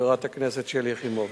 חברת הכנסת שלי יחימוביץ,